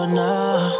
now